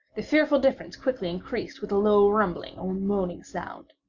the fearful difference quickly increased with a low rumbling or moaning sound.